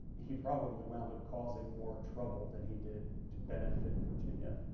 he probably wound up causing more trouble than he did to benefit virginia.